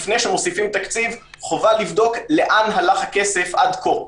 לפני שמוסיפים תקציבים חובה לבדוק לאן הלך הכסף עד כה.